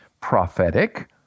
prophetic